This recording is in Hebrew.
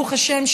ברוך השם,